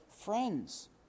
friends